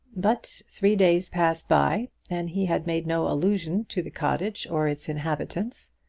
but three days passed by, and he had made no allusion to the cottage or its inhabitants.